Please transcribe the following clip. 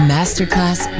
Masterclass